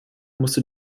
musste